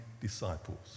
disciples